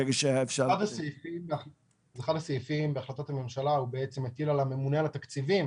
אחד הסעיפים בהחלטת הממשלה מטיל על הממונה על התקציבים